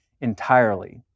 entirely